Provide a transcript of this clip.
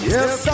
Yes